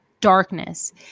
darkness